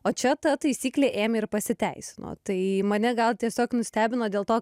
o čia ta taisyklė ėmė ir pasiteisino tai mane gal tiesiog nustebino dėl to